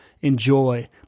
enjoy